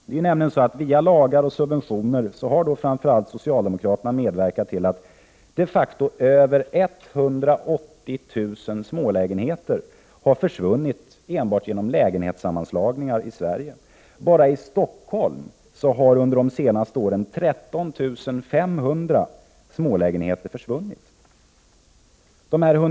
Det är nämligen så att via lagar och subventioner har framför allt socialdemokraterna medverkat till att de facto över 180 000 smålägenheter har försvunnit enbart genom lägenhetssammanslagningar i Sverige. Bara i Stockholmsområdet har under de senaste åren 13 500 smålägenheter försvunnit.